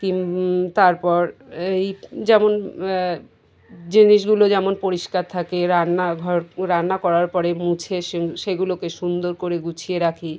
তার পর এই যেমন জিনিসগুলো যেমন পরিষ্কার থাকে রান্না ঘর রান্না করার পরে মুছে সেগুলোকে সুন্দর করে গুছিয়ে রাখি